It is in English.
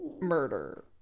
Murder